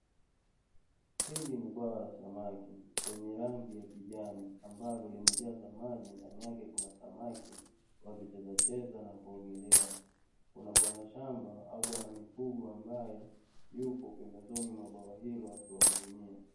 Hili ni bwawa la samaki lenye rangi ya kijani, ambalo limejazwa maji ndani yake kuna samaki wakicheza cheza na kuogelea. Kuna bwana shamba au bwana mifugo ambaye yupo pembezoni mwa bwawa hilo akiwahudumia.